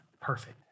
perfect